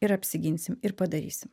ir apsiginsim ir padarysim